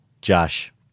Josh